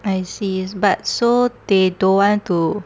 I see but so they don't want to